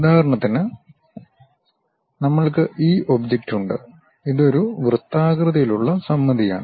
ഉദാഹരണത്തിന് നമ്മൾക്ക് ഈ ഒബ്ജക്റ്റ് ഉണ്ട് ഇതൊരു വൃത്താകൃതിയിലുള്ള സമമിതിയാണ്